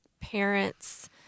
parents